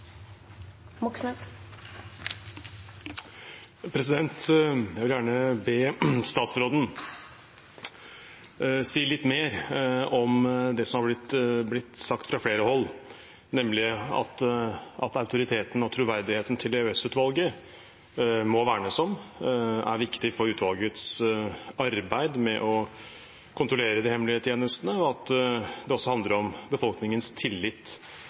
som er blitt sagt fra flere hold, nemlig at autoriteten og troverdigheten til EOS-utvalget må vernes om og er viktig for utvalgets arbeid med å kontrollere de hemmelige tjenestene, og at det også handler om befolkningens tillit